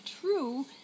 true